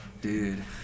Dude